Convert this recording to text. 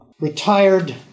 retired